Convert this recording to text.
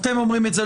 אתם אומרים את זה,